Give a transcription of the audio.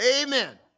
Amen